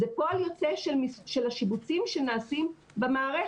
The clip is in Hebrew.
זה פועל יוצא של השיבוצים שנעשים במערכת.